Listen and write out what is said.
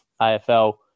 AFL